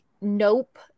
Nope